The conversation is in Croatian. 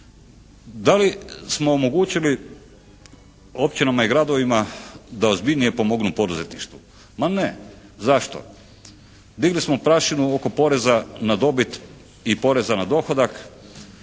Da li smo omogućili općinama i gradovima da ozbiljnije pomognu poduzetništvu? Ma ne. Zašto? Digli smo prašinu oko poreza na dobit i poreza na dohodak